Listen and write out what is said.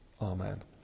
Amen